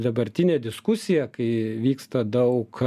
dabartinė diskusija kai vyksta daug